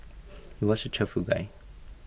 he was A cheerful guy